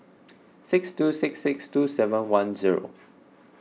six two six six two seven one zero